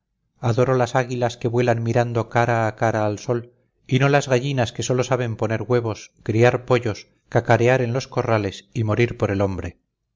alma adoro las águilas que vuelan mirando cara a cara al sol y no las gallinas que sólo saben poner huevos criar pollos cacarear en los corrales y morir por el hombre